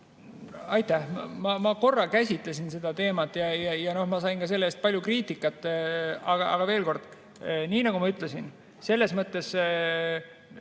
Aitäh! Ma korra käsitlesin seda teemat ja sain ka selle eest palju kriitikat. Aga veel kord: nii nagu ma ütlesin, selles mõttes